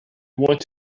want